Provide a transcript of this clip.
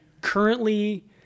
currently